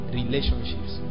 relationships